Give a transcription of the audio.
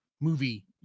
movie